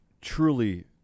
truly